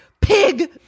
Pig